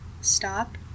stop